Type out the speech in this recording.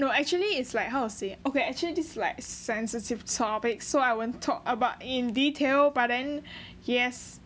no actually is like how to say okay actually this is like sensitive topic so I wouldn't talk about in detail but then yes